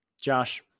Josh